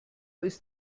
ist